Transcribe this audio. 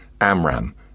Amram